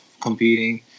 competing